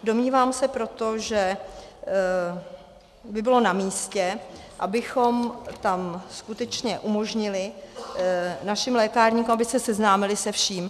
Domnívám se proto, že by bylo namístě, abychom tam skutečně umožnili našim lékárníkům, aby se seznámili se vším.